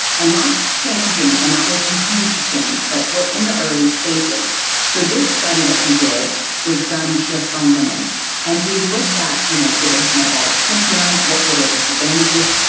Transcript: and that's changing and that will continue to change but we're in the early stages so this study that we did was done just on women and we looked at you know did they have metabolic syndrome? what were their disadvantages?